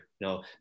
No